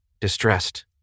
distressed